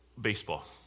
baseball